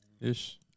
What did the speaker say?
Ish